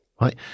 Right